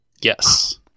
Yes